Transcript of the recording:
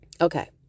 Okay